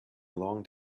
along